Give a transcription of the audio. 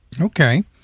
Okay